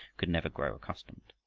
could never grow accustomed.